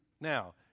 Now